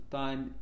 time